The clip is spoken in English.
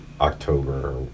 October